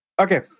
Okay